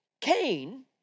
Cain